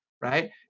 right